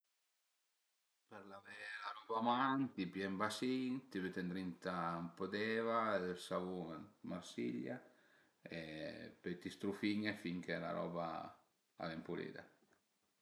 Për lavé la roba a man t'i pìe ën basin, t'i büte ëndrinta ën po d'eva, ël savun 'd Marsiglia e pöi t'i strufin-e finché la roba a ven pulida